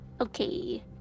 Okay